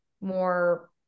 more